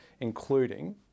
including